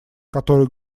который